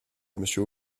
monsieur